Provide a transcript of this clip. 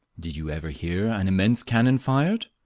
did you ever hear an immense cannon fired?